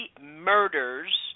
murders